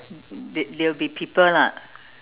they they will be people lah